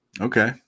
okay